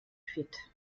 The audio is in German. fit